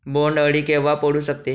बोंड अळी केव्हा पडू शकते?